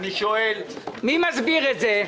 מי מסביר את זה?